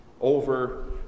over